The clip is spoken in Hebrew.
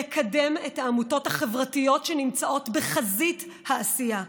לקדם את העמותות החברתיות שנמצאות בחזית העשייה,